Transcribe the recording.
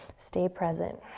stay present.